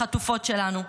בחטופות שלנו.